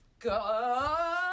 Go